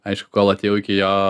aišku kol atėjau iki jo